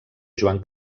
joan